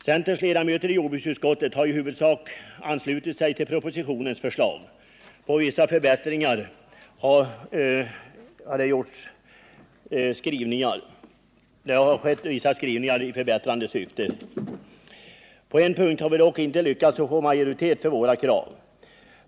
Centerns ledamöter i jordbruksutskottet har i huvudsak anslutit sig till propositionens förslag. På vissa punkter har i skrivningen föreslagits förbättringar. På en punkt har vi dock inte lyckats få majoritet för våra krav.